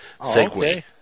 segue